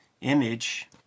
image